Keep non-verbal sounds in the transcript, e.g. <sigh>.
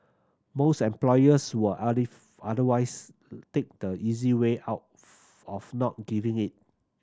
most employers will <unintelligible> otherwise take the easy way out of not giving it